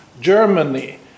Germany